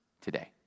today